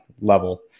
level